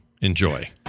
enjoy